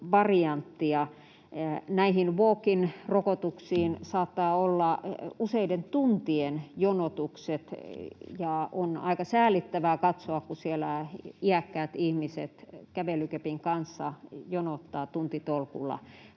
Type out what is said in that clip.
Näihin walk in ‑rokotuksiin saattaa olla useiden tuntien jonotukset, ja on aika säälittävää katsoa, kun siellä iäkkäät ihmiset kävelykepin kanssa jonottavat tuntitolkulla